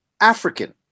African